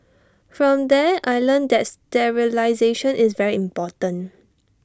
from there I learnt that sterilisation is very important